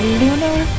lunar